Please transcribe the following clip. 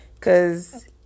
Cause